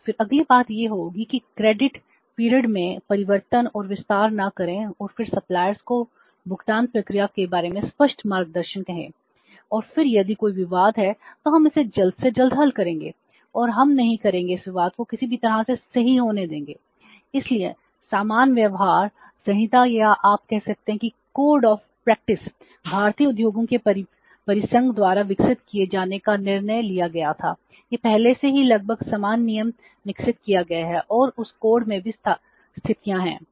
और फिर अगली बात यह होगी कि क्रेडिट अवधि भारतीय उद्योगों के परिसंघ द्वारा विकसित किए जाने का निर्णय लिया गया था यह पहले से ही लगभग समान नियम विकसित किए गए हैं और उस code में भी स्थितियां हैं